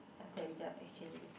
have to result exchange again